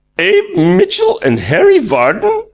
abe mitchell and harry vardon?